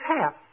half